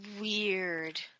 Weird